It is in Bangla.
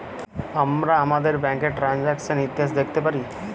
আমরা আমাদের ব্যাংকের টেরানযাকসন ইতিহাস দ্যাখতে পারি